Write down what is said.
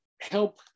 help